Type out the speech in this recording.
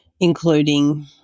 including